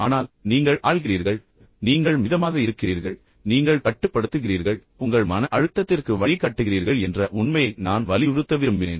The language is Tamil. ஆனால் நீங்கள் ஆள்கிறீர்கள் நீங்கள் மிதமாக இருக்கிறீர்கள் நீங்கள் கட்டுப்படுத்துகிறீர்கள் உங்கள் மன அழுத்தத்திற்கு வழிகாட்டுகிறீர்கள் என்ற உண்மையை நான் வலியுறுத்த விரும்பினேன்